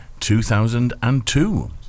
2002